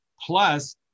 Plus